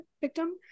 victim